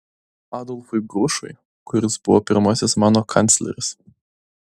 adolfui grušui kuris buvo pirmasis mano kancleris